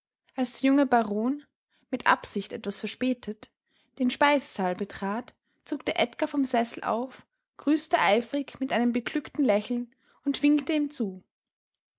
als der junge baron mit absicht etwas verspätet den speisesaal betrat zuckte edgar vom sessel auf grüßte eifrig mit einem beglückten lächeln und winkte ihm zu